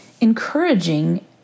encouraging